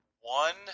one